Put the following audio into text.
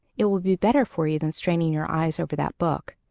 it will be better for you than straining your eyes over that book.